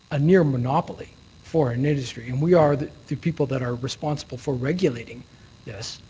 a near monopoly for an industry, and we are the the people that are responsible for regulating this,